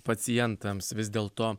pacientams vis dėl to